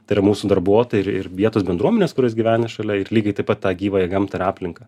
tai yra mūsų darbuotojai ir ir vietos bendruomenės kurios gyvena šalia ir lygiai taip pat tą gyvąją gamtą ir aplinką